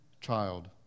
child